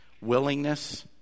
willingness